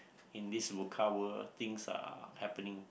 in this world things are happening